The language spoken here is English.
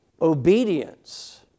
obedience